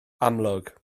amlwg